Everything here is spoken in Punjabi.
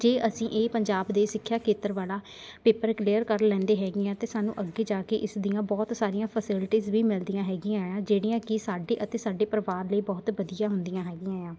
ਜੇ ਅਸੀਂ ਇਹ ਪੰਜਾਬ ਦੇ ਸਿੱਖਿਆ ਖੇਤਰ ਵਾਲਾ ਪੇਪਰ ਕਲੀਅਰ ਕਰ ਲੈਂਦੇ ਹੈਗੇ ਹਾਂ ਤਾਂ ਸਾਨੂੰ ਅੱਗੇ ਜਾ ਕੇ ਇਸ ਦੀਆਂ ਬਹੁਤ ਸਾਰੀਆਂ ਫੈਸਿਲਿਟੀਜ਼ ਵੀ ਮਿਲਦੀਆਂ ਹੈਗੀਆਂ ਆਂ ਜਿਹੜੀਆਂ ਕਿ ਸਾਡੇ ਅਤੇ ਸਾਡੇ ਪਰਿਵਾਰ ਲਈ ਬਹੁਤ ਵਧੀਆ ਹੁੰਦੀਆਂ ਹੈਗੀਆਂ ਆਂ